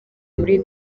muri